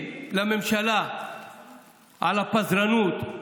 לממשלה על הפזרנות,